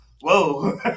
whoa